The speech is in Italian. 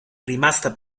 rimasta